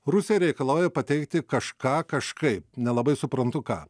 rusai reikalauja pateikti kažką kažkaip nelabai suprantu ką